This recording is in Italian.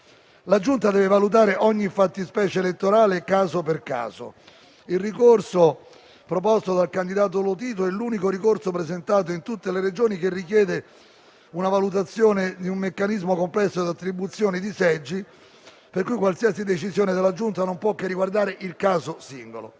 La Giunta deve valutare ogni fattispecie elettorale caso per caso. Quello proposto dal candidato Lotito è l'unico ricorso presentato in tutte le Regioni che richiede la valutazione di un meccanismo complesso di attribuzione di seggi, per cui qualsiasi decisione della Giunta non può che riguardare il caso singolo.